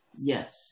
Yes